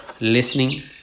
listening